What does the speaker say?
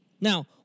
Now